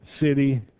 city